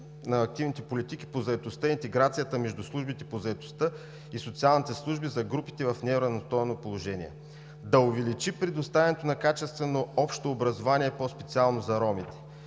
на активните политики по заетостта и интеграцията между службите по заетостта и социалните служби за групите в неравностойно положение; да увеличи предоставянето на качествено общо образование – по-специално за ромите;